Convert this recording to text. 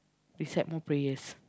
recite more prayers